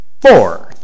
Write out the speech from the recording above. Four